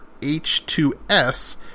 H2S